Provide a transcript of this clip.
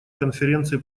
конференции